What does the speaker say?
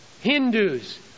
Hindus